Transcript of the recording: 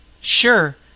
Sure